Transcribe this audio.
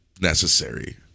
necessary